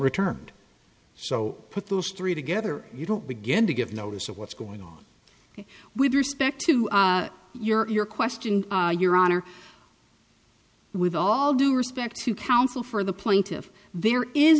returned so put those three together you don't begin to give notice of what's going on with respect to your question your honor with all due respect to counsel for the plaintiff there is